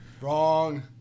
wrong